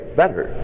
better